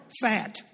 Fat